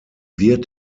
wird